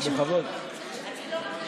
אני יכולה